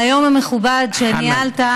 על היום המכובד שניהלת.